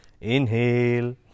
inhale